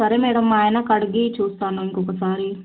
సరే మేడం మా ఆయనకడిగి చూస్తాను ఇంకొకసారి